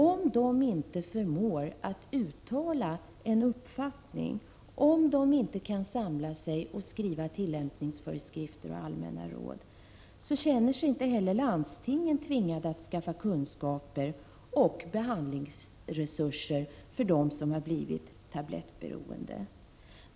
Om inte socialstyrelsen förmår att uttala en uppfattning och kan samla sig och skriva tillämpningsföreskrifter och allmänna råd, känner sig inte heller landstingen tvingade att skaffa kunskaper och behandlingsresurser för dem som blivit tablettberoende.